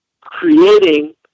creating